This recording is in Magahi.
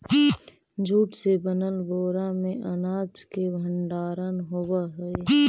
जूट से बनल बोरा में अनाज के भण्डारण होवऽ हइ